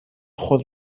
خود